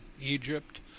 Egypt